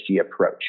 approach